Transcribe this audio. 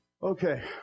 Okay